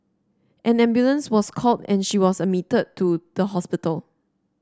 an ambulance was called and she was admitted to the hospital